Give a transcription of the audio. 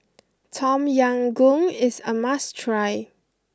Tom Yam Goong is a must try